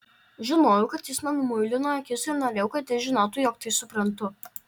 žinojau kad jis man muilina akis ir norėjau kad jis žinotų jog tai suprantu